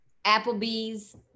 Applebee's